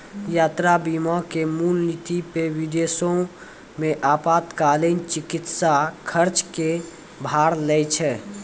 यात्रा बीमा के मूल नीति पे विदेशो मे आपातकालीन चिकित्सा खर्च के भार लै छै